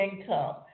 income